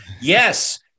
Yes